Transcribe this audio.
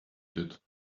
did